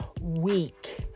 week